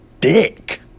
dick